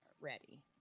ready